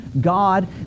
God